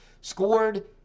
scored